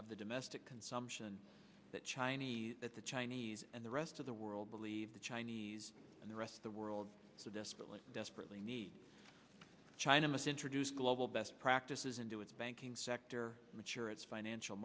of the domestic consumption that chinese that the chinese and the rest of the world believe the chinese and the rest of the world so desperately desperately need china must introduce global best practices into its banking sector mature its financial